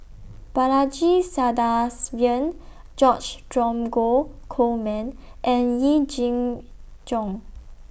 Balaji Sadasivan George Dromgold Coleman and Yee Jenn Jong